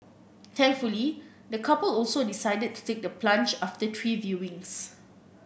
thankfully the couple also decided to take the plunge after three viewings